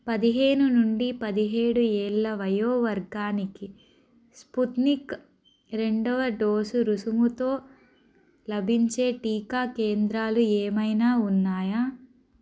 పదిహేను నుండి పదిహేడు ఏళ్ళ వయో వర్గానికి స్పుత్నిక్ రెండొవ డోసు రుసుముతో లభించే టీకా కేంద్రాలు ఏమైనా ఉన్నాయా